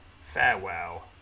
farewell